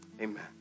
Amen